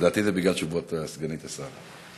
לדעתי, זה בגלל תשובות סגנית השר.